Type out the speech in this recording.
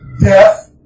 death